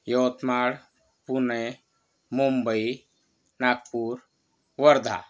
Yavatmal Pune Mumbai Nagpur Wardha